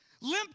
Limp